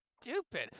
stupid